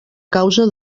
causa